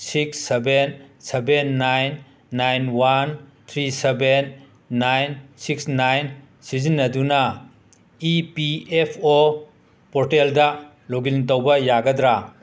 six seven seven nine nine one three seven nine six nine ꯁꯤꯖꯤꯟꯅꯗꯨꯅ E P F O ꯄꯣꯔꯇꯦꯜꯗ login ꯇꯩꯕ ꯌꯥꯒꯗ꯭ꯔ